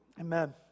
Amen